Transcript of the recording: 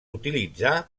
utilitzar